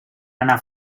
anar